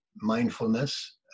mindfulness